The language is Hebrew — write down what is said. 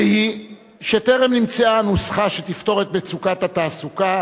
והיא שטרם נמצאה נוסחה שתפתור את מצוקת התעסוקה